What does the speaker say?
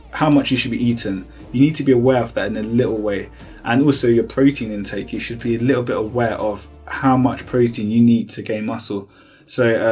how much you should be eating you need to be aware of that in a little way and also your protein intake you should be a little bit aware of how much protein you need to gain muscle so